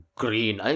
green